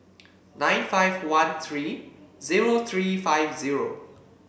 nine five one three zero three five zero